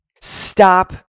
Stop